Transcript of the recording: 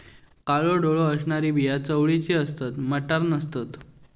काळो डोळो असणारी बिया चवळीची असतत, मटार नसतत